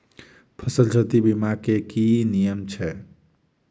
फसल क्षति बीमा केँ की नियम छै?